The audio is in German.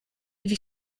wie